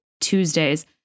Tuesdays